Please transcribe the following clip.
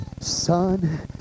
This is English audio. son